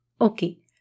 Okay